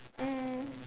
mm